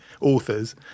authors